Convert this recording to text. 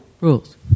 Rules